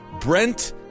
Brent